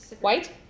White